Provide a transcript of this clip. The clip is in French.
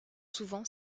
souvent